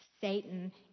Satan